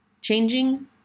Changing